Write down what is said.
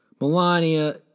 Melania